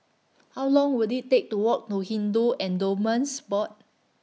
How Long Will IT Take to Walk to Hindu Endowments Board